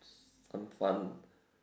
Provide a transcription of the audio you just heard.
some fun